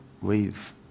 wave